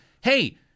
hey